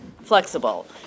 flexible